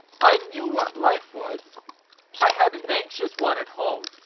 i knew what life was i had an anxious one at home,